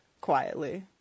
quietly